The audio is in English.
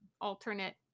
alternate